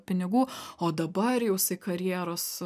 pinigų o dabar jau jisai karjeros